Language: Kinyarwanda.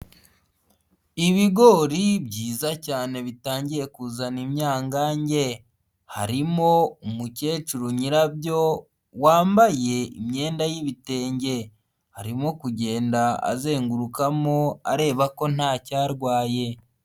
Ibigori byiza cyane bitangiye kuzana imyangange, harimo umukecuru nyirabyo wambaye imyenda y'ibitenge, arimo kugenda azengurukamo areba ko nta cyarwaye.